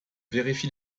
vérifie